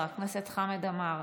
חבר הכנסת חמד עמאר,